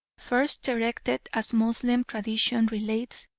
first erected, as moslem tradition relates,